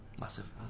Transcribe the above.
Massive